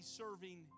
serving